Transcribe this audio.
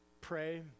pray